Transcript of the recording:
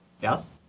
Yes